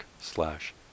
slash